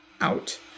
out